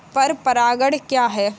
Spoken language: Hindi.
पर परागण क्या है?